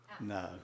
No